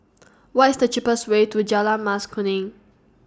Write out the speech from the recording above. What IS The cheapest Way to Jalan Mas Kuning